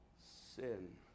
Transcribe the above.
sin